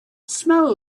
smell